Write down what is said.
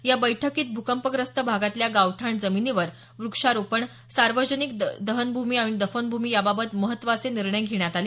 या बैठकीत भ्रकंपग्रस्त भागातल्या गावठाण जमिनीवर वृक्षारोपण सार्वजानिक दहनभ्रमी आणि दफनभूमी याबाबत महत्त्वाचे निर्णय घेण्यात आले